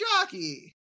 jockey